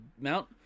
mount